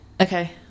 Okay